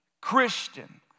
Christian